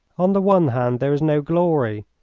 on the one hand there is no glory,